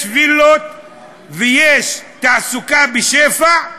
יש וילות ויש תעסוקה בשפע,